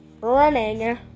running